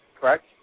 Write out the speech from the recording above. Correct